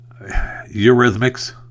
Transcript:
Eurythmics